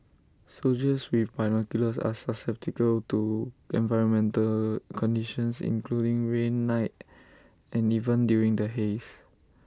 soldiers with binoculars are susceptible to environmental conditions including rain night and even during the haze